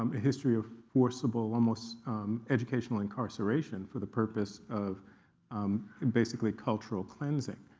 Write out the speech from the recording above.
um a history of forcible, almost educational incarceration, for the purpose of basically cultural cleansing,